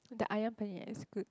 the Ayam Penyet is good